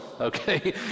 okay